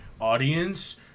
audience